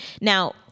now